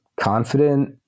confident